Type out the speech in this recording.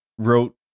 wrote